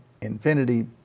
infinity